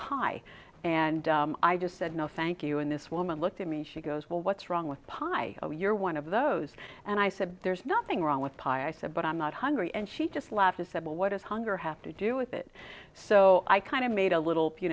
pie and i just said no thank you and this woman looked at me she goes well what's wrong with the pie oh you're one of those and i said there's nothing wrong with pie i said but i'm not hungry and she just laughed and said well what is hunger have to do with it so i kind of made a little